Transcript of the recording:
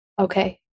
Okay